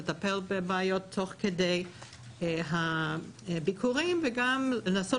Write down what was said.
לטפל בבעיות תוך כדי הביקורים וגם לנסות